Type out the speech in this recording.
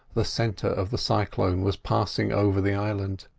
the centre of the cyclone was passing over the island.